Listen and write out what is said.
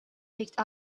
picked